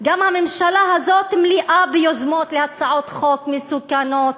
גם הממשלה הזאת מלאה ביוזמות להצעות חוק מסוכנות,